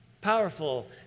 Powerful